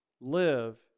live